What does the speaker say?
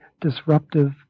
disruptive